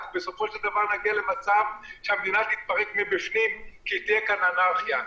בסופו של דבר נגיע למצב שהמדינה תתפרק מבפנים כי תהיה כאן אנרכיה.